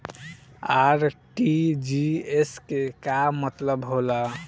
RTGS के का मतलब होला?